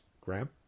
Graham